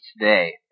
today